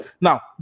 Now